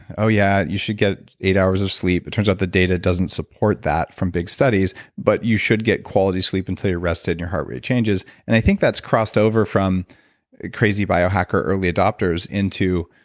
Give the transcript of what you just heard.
oh yeah, you should get eight hours of sleep. it turns out the data doesn't support that from big studies but you should get quality sleep until you're rested and your heart rate changes and i think that's crossed over from crazy bio hacker early adopters into,